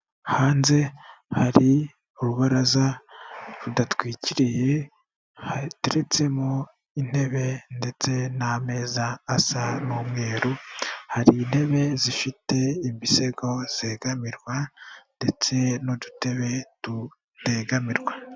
Hanze hari urubaraza rudatwikiriye, hateretsemo intebe, ndetse n'ameza asa n'umweru hari intebe zifite imisego zegamirwa ndetse n'udutebe tutegamirwa.